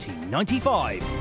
1995